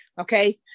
Okay